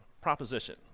proposition